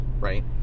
right